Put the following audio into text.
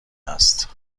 است